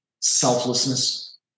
selflessness